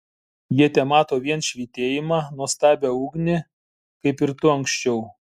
jie temato vien švytėjimą nuostabią ugnį kaip ir tu anksčiau